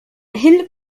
hill